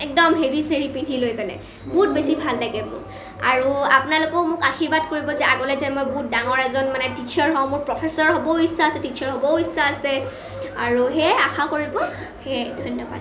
একদম হেৰি চেৰি পিন্ধি লৈ কিনে বহুত বেছি ভাল লাগে মোৰ আৰু আপোনালোকেও মোক আশীৰ্বাদ কৰিব যে আগলৈ যে মই বহুত ডাঙৰ এজন মানে টিছাৰ হওঁ মোৰ প্ৰফেচৰ হ'বও ইচ্ছা আছে টিছাৰ হ'বও ইচ্ছা আছে আৰু সেয়ে আশা কৰিব সেয়ে ধন্যবাদ